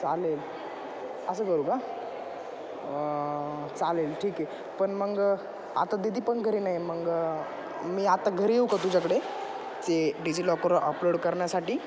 चालेल असं करू का चालेल ठीक आहे पण मग आता दीदी पण घरी नाही मग मी आता घरी येऊ का तुझ्याकडे ते डिजिलॉकर अपलोड करण्यासाठी